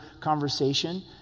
conversation